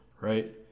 right